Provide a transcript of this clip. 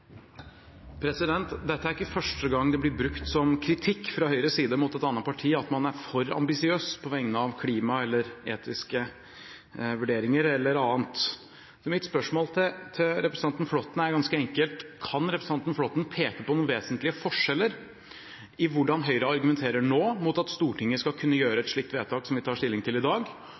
for ambisiøs på vegne av klima, etiske vurderinger eller annet. Mitt spørsmål til representanten Flåtten er ganske enkelt: Kan representanten Flåtten peke på noen vesentlige forskjeller i hvordan Høyre argumenterer nå mot at Stortinget skal kunne gjøre et slikt vedtak som vi tar stilling til i dag,